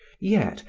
yet,